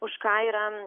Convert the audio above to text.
už ką yra